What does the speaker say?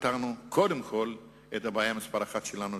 פתרנו קודם כול את הבעיה מספר אחת שלנו,